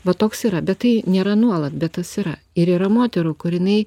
va toks yra bet tai nėra nuolat bet tas yra ir yra moterų kur jinai